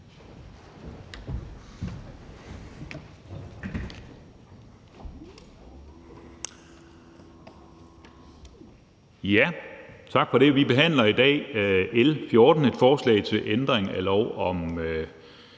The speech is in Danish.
Tak for det. Vi behandler i dag L 14, et forslag til ændring af lov om